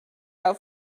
out